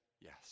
yes